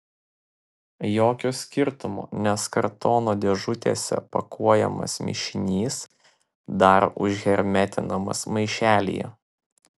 jokio skirtumo nes kartono dėžutėse pakuojamas mišinys dar užhermetinamas maišelyje